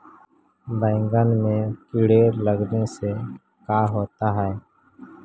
बैंगन में कीड़े लगने से का होता है?